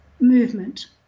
movement